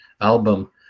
album